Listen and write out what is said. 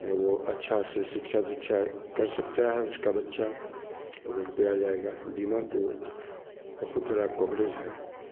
न वो अच्छा से शिक्षा दीक्षा कर सकता है उसका बच्चा रुपया आ जाएगा बीमा तो बहुत बड़ा कवरेज है